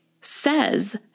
says